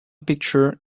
picture